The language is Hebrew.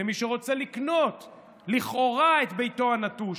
למי שרוצה לקנות את ביתו הנטוש,